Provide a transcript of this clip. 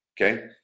Okay